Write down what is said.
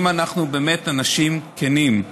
אם אנחנו באמת אנשים כנים.